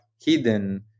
hidden